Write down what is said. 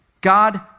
God